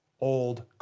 old